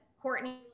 Courtney